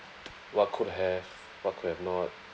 what could have what could have not